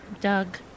Doug